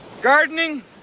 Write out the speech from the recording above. Gardening